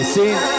See